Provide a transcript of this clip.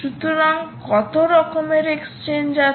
সুতরাংকত রকমের এক্সচেঞ্জ আছে